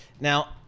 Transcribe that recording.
Now